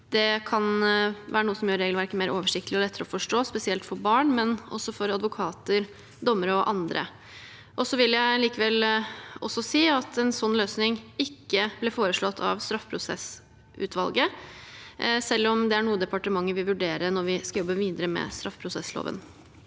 noe som gjør regelverket mer oversiktlig og lettere å forstå, spesielt for barn, men også for advokater, dommere og andre. Jeg vil også si at en slik løsning ikke ble foreslått av straffeprosessutvalget, men det er likevel noe departementet vil vurdere når vi skal jobbe videre med straffeprosessloven.